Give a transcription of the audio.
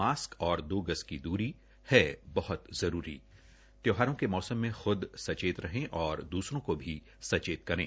mask और दो गज की दूरी है बहत जरूरी त्यौहारों के मौसम में खुद सचेत रहे और दूसरों को भी सचेत करें